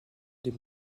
des